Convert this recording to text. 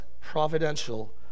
providential